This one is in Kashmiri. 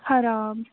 خَراب